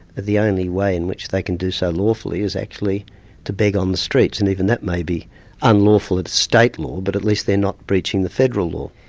the only way in which they can do so lawfully is actually to beg on the streets, and even that may be unlawful at state law, but at least they're not breaching the federal law.